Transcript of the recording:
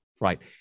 Right